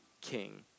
king